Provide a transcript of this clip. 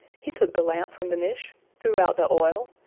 he took the lamp from the niche, threw out the oil,